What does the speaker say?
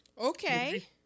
Okay